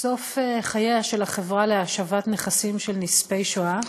סוף חייה של החברה להשבת נכסים של נספי השואה,